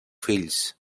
fills